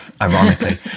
ironically